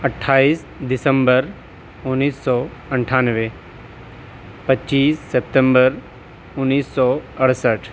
اٹھائیس دسمبر انیس سو اٹھانوے پچیس سپتمبر انیس سو اڑسٹھ